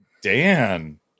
Dan